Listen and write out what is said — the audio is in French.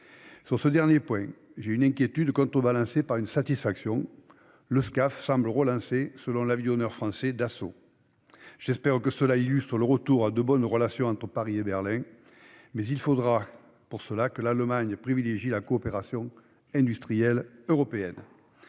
Sur ce dernier point, j'ai une inquiétude contrebalancée par une satisfaction. Le Scaf semble relancé, selon l'avionneur français Dassault. J'espère que cela illustre un retour à de bonnes relations entre Paris et Berlin. Mais il faudra pour cela que l'Allemagne privilégie la coopération industrielle européenne.